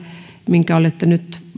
minkä olette nyt